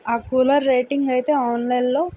ఆ cooler rating అయితే online లో